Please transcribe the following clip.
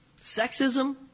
sexism